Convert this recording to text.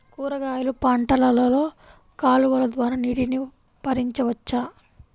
కూరగాయలు పంటలలో కాలువలు ద్వారా నీటిని పరించవచ్చా?